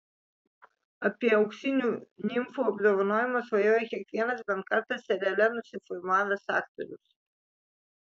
apie auksinių nimfų apdovanojimą svajoja kiekvienas bent kartą seriale nusifilmavęs aktorius